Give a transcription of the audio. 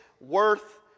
worth